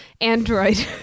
Android